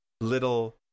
little